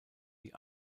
die